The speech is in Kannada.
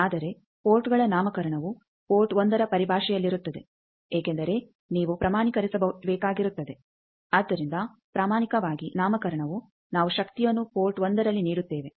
ಆದರೆ ಪೋರ್ಟ್ಗಳ ನಾಮಕರಣವು ಪೋರ್ಟ್ 1ರ ಪರಿಭಾಷೆಯಲ್ಲಿರುತ್ತದೆ ಏಕೆಂದರೆ ನೀವು ಪ್ರಮಾಣಿಕರಿಸಬೇಕಾಗಿರುತ್ತದೆ ಆದ್ದರಿಂದ ಪ್ರಾಮಾಣಿಕವಾಗಿ ನಾಮಕರಣವು ನಾವು ಶಕ್ತಿಯನ್ನು ಪೋರ್ಟ್ 1ರಲ್ಲಿ ನೀಡುತ್ತೇವೆ